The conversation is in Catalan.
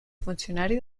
funcionari